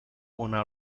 una